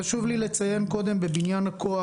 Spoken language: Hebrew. חשוב לי לציין קודם בבניין הכוח,